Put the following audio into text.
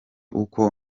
uko